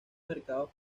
mercados